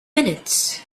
minutes